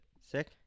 Sick